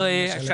הדיון.